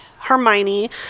Hermione